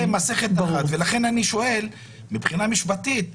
מסכת אחת ולכן אני שואל מבחינה משפטית.